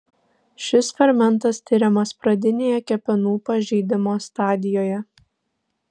šis fermentas tiriamas pradinėje kepenų pažeidimo stadijoje